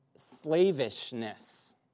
slavishness